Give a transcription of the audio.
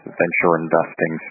venture-investing